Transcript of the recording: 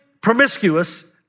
promiscuous